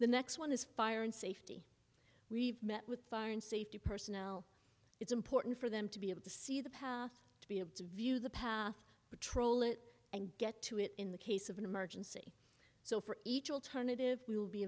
the next one is fire and safety we've met with fire and safety personnel it's important for them to be able to see the path to be able to view the path patrol it and get to it in the case of an emergency so for each alternative we will be